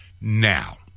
Now